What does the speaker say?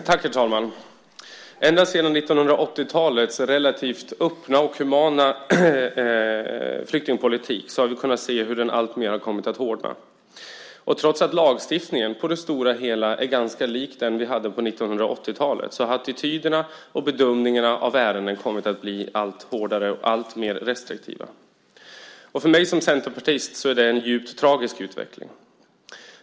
Herr talman! Ända sedan 1980-talets relativt öppna och humana flyktingpolitik har vi kunnat se hur den alltmer har kommit att hårdna. Trots att lagstiftningen på det stora hela är ganska lik den som vi hade på 1980-talet så har attityderna och bedömningarna av ärenden kommit att bli allt hårdare och alltmer restriktiva. För mig som centerpartist är det en djupt tragisk utveckling.